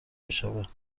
میشود